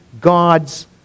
God's